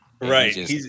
Right